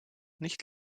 nicht